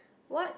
what